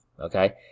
Okay